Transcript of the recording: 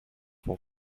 for